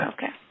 Okay